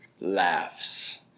laughs